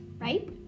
right